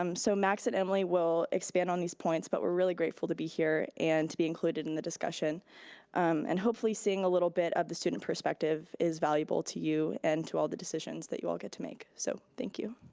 um so max and emily will expand on these points but we're really grateful to be here and to be including in the discussion and hopefully seeing a little bit of the student perspective is valuable to you and to all the decisions that you all get to make. so, thank you.